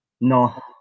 No